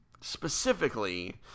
Specifically